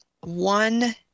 One